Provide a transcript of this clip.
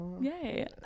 Yay